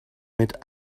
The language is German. mit